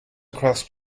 across